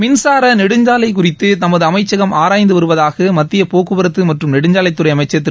மின்சார நெடுஞ்சாலை குறித்து தமது அமைச்சகம் ஆராய்ந்து வருவதாக மத்திய போக்குவரத்து மற்றும் நெடுஞ்சாலைத்துறை அமைச்சர் திரு